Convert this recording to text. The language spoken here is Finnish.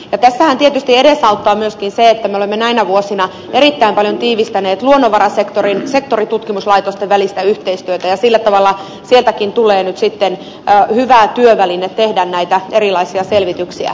tässähän tietysti edesauttaa myöskin se että me olemme näinä vuosina erittäin paljon tiivistäneet luonnonvarasektorin sektoritutkimuslaitosten välistä yhteistyötä ja sillä tavalla sieltäkin tulee nyt sitten hyvä työväline tehdä näitä erilaisia selvityksiä